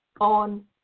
on